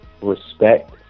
respect